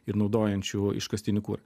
ir naudojančių iškastinį kurą